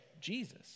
Jesus